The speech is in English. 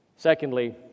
Secondly